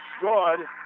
Good